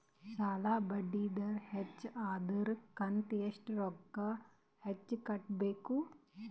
ಸಾಲಾ ಬಡ್ಡಿ ದರ ಹೆಚ್ಚ ಆದ್ರ ಕಂತ ಎಷ್ಟ ರೊಕ್ಕ ಹೆಚ್ಚ ಕಟ್ಟಬೇಕು?